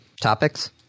topics